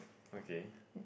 okay